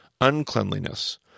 uncleanliness